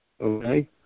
Okay